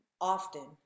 often